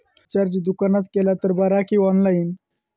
Recharge दुकानात केला तर बरा की ऑनलाइन?